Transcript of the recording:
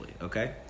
okay